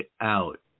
out